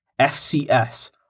FCS